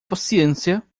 paciência